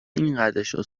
اینقدرشو